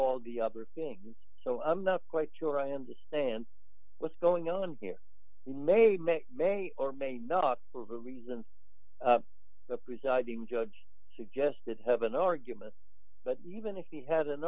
all the other things so i'm not quite sure i understand what's going on here he may make may or may not for the reason the presiding judge suggested have an argument but even if he had an